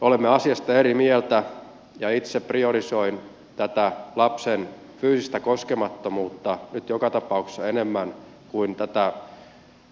olemme asiasta eri mieltä ja itse priorisoin tätä lapsen fyysistä koskemattomuutta nyt joka tapauksessa enemmän kuin